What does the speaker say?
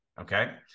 okay